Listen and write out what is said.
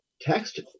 text